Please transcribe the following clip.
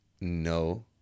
No